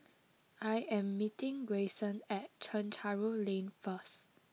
I am meeting Grayson at Chencharu Lane first